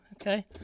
Okay